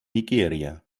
nigeria